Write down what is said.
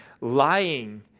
lying